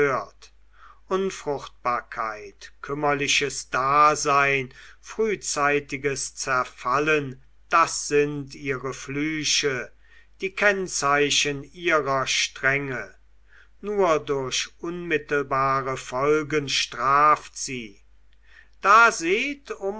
unfruchtbarkeit kümmerliches dasein frühzeitiges zerfallen das sind ihre früchte die kennzeichen ihrer strenge nur durch unmittelbare folgen straft sie da seht